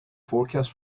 forecast